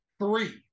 Three